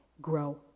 grow